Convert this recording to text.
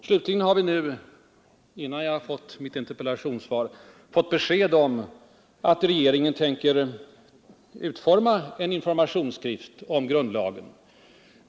Slutligen har vi nu, innan jag fått mitt interpellationssvar, fått besked om att regeringen tänker utforma en informationsskrift om grundlagen.